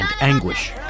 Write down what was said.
anguish